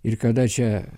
ir kada čia